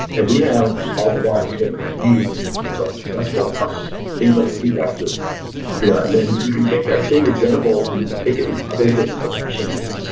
and we have all the raw data that they need to make themself successful, plus things like a feedback loop yeah then you can take that same example and you can take it in other different directions.